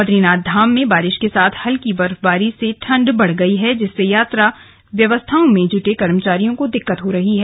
बदरीनाथ धाम में बारिश के साथ हल्की बर्फबारी से ठंड बढ़ गई है जिससे यात्रा व्यवस्थाओं में जुटे कर्मचारियों को दिक्कत हो रही है